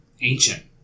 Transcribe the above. ancient